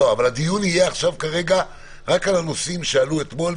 אבל הדיון עכשיו יהיה רק על הנושאים שעלו אתמול,